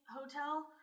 hotel